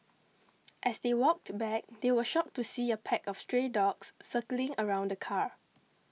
as they walked back they were shocked to see a pack of stray dogs circling around the car